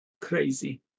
Crazy